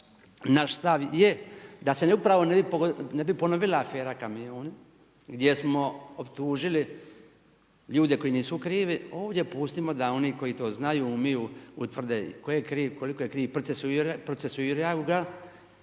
naš stav je da se upravo ne bi ponovila afera kamioni, gdje smo optužili ljude koji nisu krivi, ovdje pustimo da oni koji to znaju, umiju, utvrde tko je kriv, koliko je kriv i procesuiraju ga